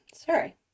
Sorry